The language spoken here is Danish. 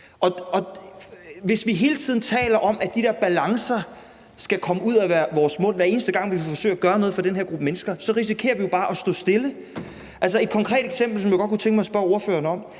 hvis vi hele tiden taler om, at de der balancer skal komme ud af vores mund, hver eneste gang vi forsøger at gøre noget for den her gruppe mennesker, så risikerer vi jo bare at stå stille. Jeg har et konkret eksempel, som jeg godt kunne tænke mig at spørge ordføreren om.